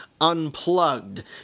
unplugged